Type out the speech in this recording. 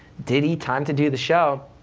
diddy, time to do the show.